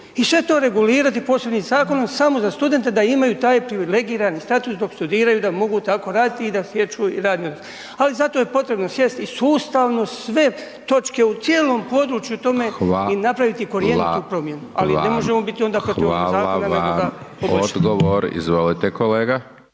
i sve to regulirati posebnim zakonom samo za studente da imaju taj privilegirani status dok studiraju da mogu tako raditi i da stječu i radni odnos. Ali zato je potrebno sjest i sustavno sve točke u cijelom području u tome i napraviti korjenitu promjenu. Ali ne možemo biti onda … /Govornici govore